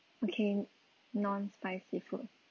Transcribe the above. okay non spicy food